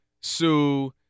Sue